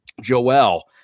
Joel